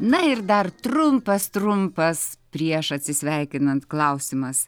na ir dar trumpas trumpas prieš atsisveikinant klausimas